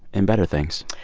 in better things?